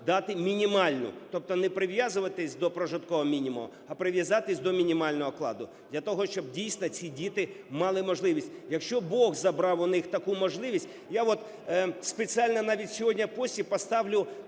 дати мінімальну, тобто не прив'язуватися до прожиткового мінімуму, а прив'язатися до мінімального окладу, для того щоб, дійсно, ці діти мали можливість, якщо Бог забрав у них таку можливість. Я от спеціально навіть сьогодні в пості поставлю